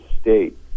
state